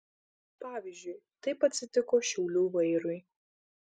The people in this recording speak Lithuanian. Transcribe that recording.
pavyzdžiui taip atsitiko šiaulių vairui